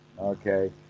Okay